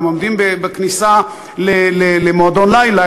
הם עומדים בכניסה למועדון לילה,